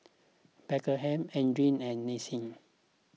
Beckham Adrien and Nancie